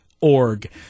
org